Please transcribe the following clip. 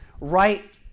right